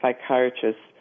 psychiatrists